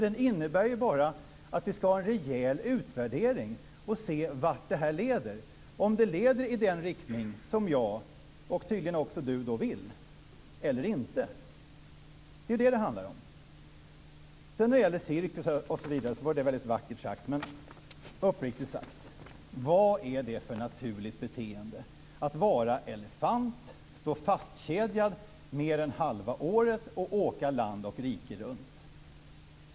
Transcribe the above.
Den innebär ju bara att vi ska ha en rejäl utvärdering och se vart det här leder - se om det leder i den riktning som jag och tydligen också Lena Sandlin-Hedman vill eller inte. Det är det som det handlar om. När det gäller cirkusar var det ju vackert sagt. Men uppriktigt sagt, vad är det för naturligt beteende att vara elefant, stå fastkedjad mer än halva året och åka land och rike runt?